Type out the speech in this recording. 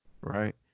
right